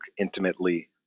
intimately